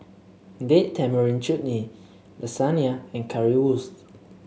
Date Tamarind Chutney Lasagna and Currywurst